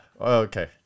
okay